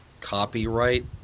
copyright